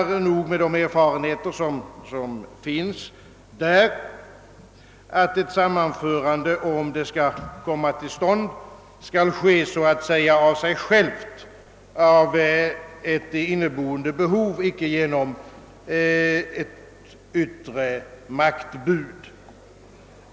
Med de erfarenheter man där har anser man, att ett sammanförande, om det skall komma till stånd, bör ske så att säga av sig självt, på grund av ett inneboende behov och icke genom ett yttre maktbud.